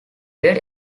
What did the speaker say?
did